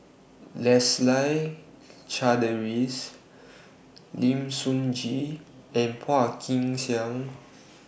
Leslie Charteris Lim Sun Gee and Phua Kin Siang